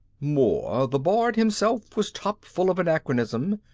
more, the bard himself was topfull of anachronism.